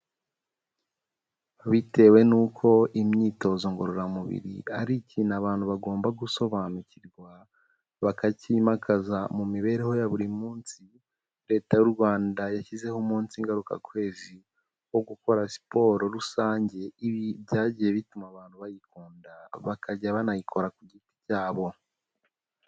Bitewe n'uko imyitozo ngororamubiri, ari ikintu abantu bagomba gusobanukirwa, bakacyimakaza mu mibereho ya buri munsi, Leta y'u Rwanda yashyizeho umunsi ngarukakwezi, wo gukora siporo rusange, ibi byagiye bituma abantu bayikunda, bakajya banayikora ku giti cyabo.